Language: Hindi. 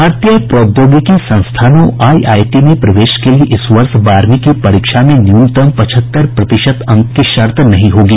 भारतीय प्रौद्योगिकी संस्थानों आईआईटी में प्रवेश के लिये इस वर्ष बारहवीं की परीक्षा में न्यूनतम पचहत्तर प्रतिशत अंक की शर्त नहीं होगी